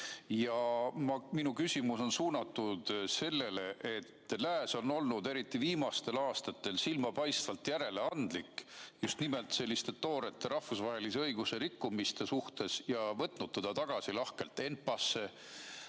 Minu küsimus on suunatud sellele, et lääs on olnud eriti viimastel aastatel silmapaistvalt järeleandlik just nimelt selliste tooreste rahvusvahelise õiguse rikkumiste suhtes ja võtnud teda tagasi lahkelt ENPA‑sse,